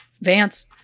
Vance –